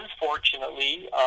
Unfortunately